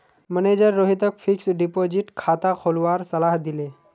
manager रोहितक fixed deposit खाता खोलवार सलाह दिले